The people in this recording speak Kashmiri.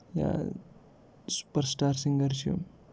یا سُپر سِٹار سِنگر چھِ